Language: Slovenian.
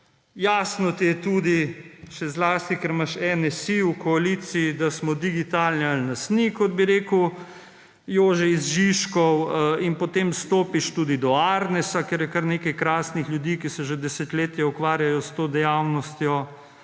Jasno ti je tudi, še zlasti, ker imaš NSi v koaliciji, da »smo digitalni ali nas ni«, kot bi rekel Jože iz Žižkov, in potem stopiš tudi do Arnesa, kjer je kar nekaj krasnih ljudi, ki se že desetletje ukvarjajo s to dejavnostjo,